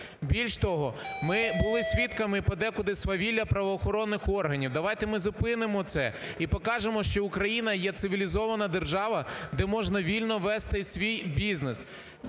Більше того, ми були свідками подекуди свавілля правоохоронних органів, давайте ми зупинимо це і покажемо, що Україна є цивілізована держава, де можна вільно вести свій бізнес.